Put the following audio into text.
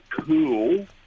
cool